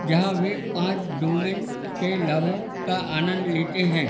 जहाँ वे पाँच डोमेन के लाभों का आनंद लेते हैं